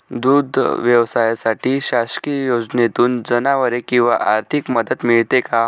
दूध व्यवसायासाठी शासकीय योजनेतून जनावरे किंवा आर्थिक मदत मिळते का?